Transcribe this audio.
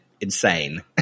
insane